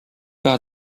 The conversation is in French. par